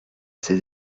ses